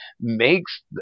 makes